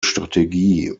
strategie